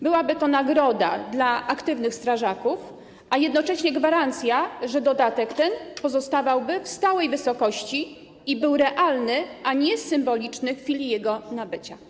Byłaby to nagroda dla aktywnych strażaków, a jednocześnie gwarancja, że dodatek ten pozostawałby w stałej wysokości i był realny, a nie symboliczny w chwili jego nabycia.